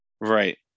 Right